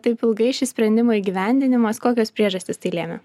taip ilgai šį sprendimo įgyvendinimas kokios priežastys tai lėmė